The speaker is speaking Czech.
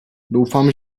doufám